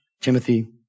Timothy